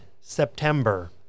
September